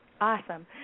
Awesome